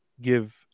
give